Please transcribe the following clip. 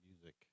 music